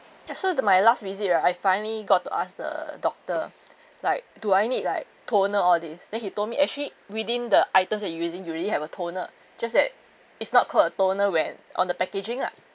ya so the my last visit right I finally got to ask the doctor like do I need like toner all these then he told me actually within the items that you using you already have a toner just that it's not called a toner when on the packaging ah